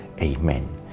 Amen